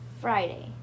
Friday